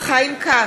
חיים כץ,